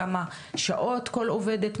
כמה שעות כל עובדת,